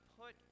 put